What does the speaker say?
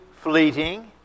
fleeting